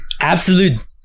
Absolute